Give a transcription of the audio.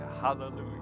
Hallelujah